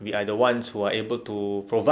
we are the ones who are able to provide